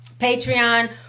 Patreon